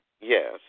Yes